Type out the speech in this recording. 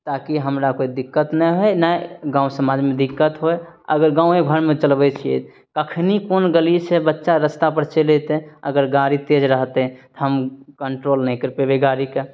ताकि हमरा कोइ दिक्कत नहि होइ नहि गाँव समाजमे दिक्कत होइ अगर गाँवे घरमे चलबै छियै कखनि कोन गली से बच्चा रस्ता पर चैल एतै अगर गाड़ी तेज रहतै हम कन्ट्रोल नहि कैरि पेबै गाड़ीके